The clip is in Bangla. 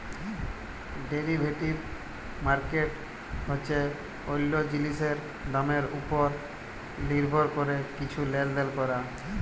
ডেরিভেটিভ মার্কেট হছে অল্য জিলিসের দামের উপর লির্ভর ক্যরে কিছু লেলদেল ক্যরা